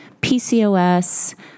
PCOS